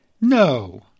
No